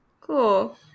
Cool